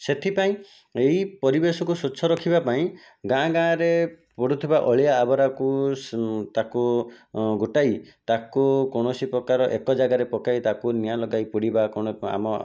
ସେଥିପାଇଁ ଏହି ପରିବେଶକୁ ସ୍ୱଚ୍ଛ ରଖିବା ପାଇଁ ଗାଁ ଗାଁରେ ପଡ଼ୁଥିବା ଅଳିଆ ଆବରାକୁ ତାକୁ ଗୋଟାଇ ତାକୁ କୌଣସି ପ୍ରକାର ଏକ ଜାଗାରେ ପକାଇ ତାକୁ ନିଆଁ ଲଗାଇ ପୋଡ଼ିବା କ'ଣ ଆମ